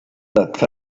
that